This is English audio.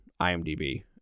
IMDb